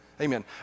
amen